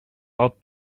lot